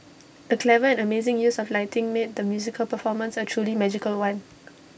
the clever and amazing use of lighting made the musical performance A truly magical one